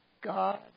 God